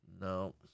No